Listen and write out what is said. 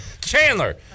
Chandler